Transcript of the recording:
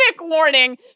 warning